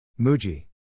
Muji